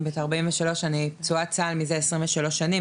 אני בת 43. אני פצועת צה"ל מזה 23 שנים.